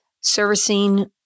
servicing